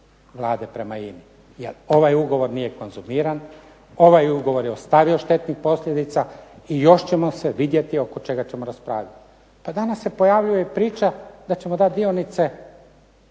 Vlade prema INA-i. Jer ovaj ugovor nije konzumiran, ovaj ugovor je ostavio štetnih posljedica i još ćemo sve vidjeti oko čega ćemo raspravljati. Pa danas se pojavljuje priča da ćemo dati dionice